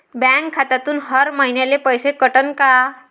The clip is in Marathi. बँक खात्यातून हर महिन्याले पैसे कटन का?